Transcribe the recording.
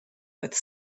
with